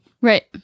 right